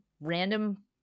random